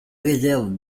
réserve